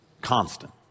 constant